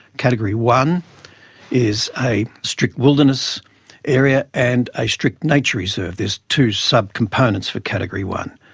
category one is a strict wilderness area and a strict nature reserve, there's two sub-components for category one,